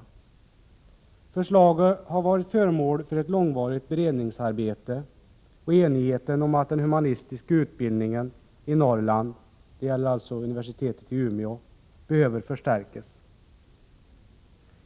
Ifrågavarande förslag har varit föremål för ett långvarigt beredningsarbete, och enigheten om att den humanistiska utbildningen i Norrland — det gäller alltså universitetet i Umeå — behöver förstärkas